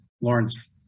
Lawrence